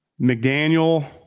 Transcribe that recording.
McDaniel